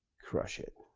crush it.